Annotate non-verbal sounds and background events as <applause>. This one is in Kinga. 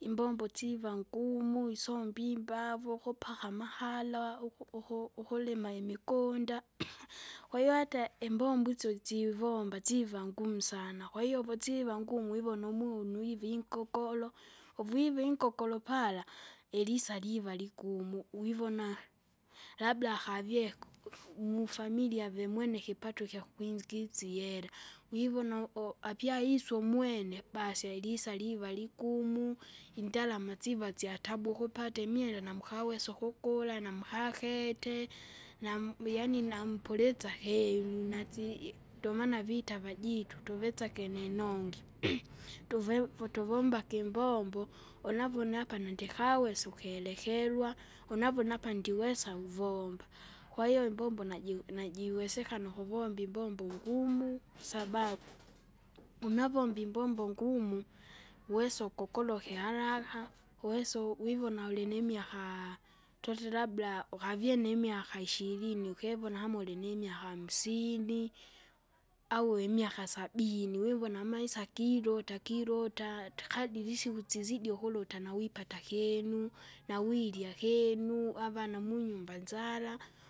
Imbombo siva ngumu, isomba imbavu, kupaka amahala, uku- uku- ukulma imigunda, <noise> kwahiyo ata imbombo isyo sivomba, siva ngumu sana. Kwahiyo uvosiva ngumu ivona umunu ivi ingokolo, uvyiva ingokolo pala, ilisa liva ligumu, wivona. Lbada akavie <noise> <unintelligible> mufamilia vimwene ikipato kyakwingisa ihera. Wivona u- apia ise umwenev <noise> basi alisa liva ligumu, <noise> indalama siva syatabu ukupata imwenda namkawesa ukukula namkakete, <noise> nam- yaani nampulitsa kelu <noise> nasi- ndomana vita avajitu, <noise> tuvetsage ninongi <noise> tuve <noise> vo tuvombake imbombo <noise> unavuna apa nandikawesa ukelekelwa. <noise> Unavona apa nduwsesa uvomba, <noise> kwahiyo imbombo naji najiwesekana ukuvomba imbombo <noise> ngumu <noise> kwasababu, unavomba imbombo ngumu, uwesa ukukoloke haraka, uwesa wivona ulinimiaka, <noise> tuti labda ukavie nimyaka ishirini <noise> ukivona kama ulinimiaka hamsini. <noise> Au imiaka sabini, wivona amaisa amaisa giluta giluta, takadili isiku sizidi ukuluta nawipata kinu, nawirya kinu, avana munyumba nzara.